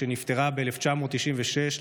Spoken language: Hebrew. שנפטרה ב-1996,